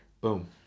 Boom